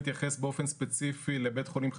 להתייחס באופן ספציפי לבית חולים חדש,